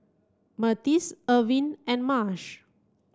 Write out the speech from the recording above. Myrtis Irvine and Marsh